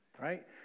right